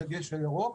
דגש על הירוק.